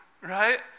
right